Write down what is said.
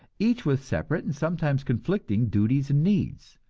each with separate and sometimes conflicting duties and needs.